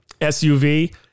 SUV